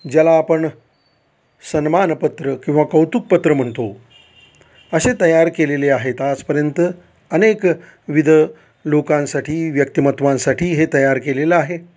ज्याला आपण सन्मानपत्र किंवा कौतुकपत्र म्हणतो असे तयार केलेले आहेत आजपर्यंत अनेक विविध लोकांसाठी व्यक्तिमत्वांसाठी हे तयार केलेलं आहे